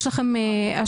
יש לכם השוואות,